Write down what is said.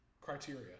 criteria